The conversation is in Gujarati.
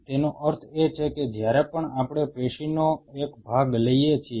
તેનો અર્થ એ છે કે જ્યારે પણ આપણે પેશીનો એક ભાગ લઈએ છીએ